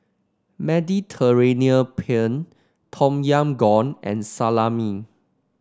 Mediterranean Penne Tom Yam Goong and Salami